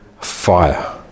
fire